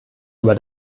über